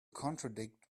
contradict